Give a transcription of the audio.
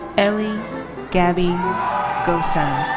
elie gaby ghossain.